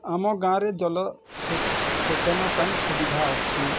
ଆମ ଗାଁରେ ଜଲ ସେଚନ ପାଇଁ ସୁବିଧା ଅଛି